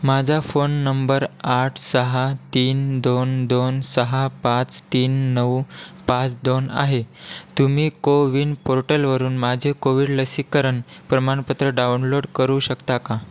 माझा phone number आठ सहा तीन दोन दोन सहा पाच तीन नऊ पाच दोन आहे तुम्ही कोविन पोर्टलवरून माझे कोविड लसीकरण प्रमाणपत्र डाउनलोड करू शकता का